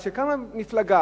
אבל כשקמה מפלגה,